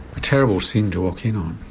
a terrible scene to walk in on.